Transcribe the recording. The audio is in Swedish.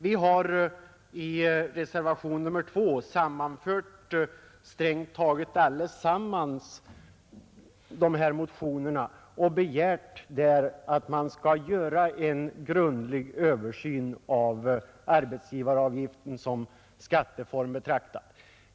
Vi har i reservationen 2 sammanfört strängt taget alla de här motionerna och begärt att man skall göra en grundlig översyn av arbetsgivaravgiften som skatteform betraktad.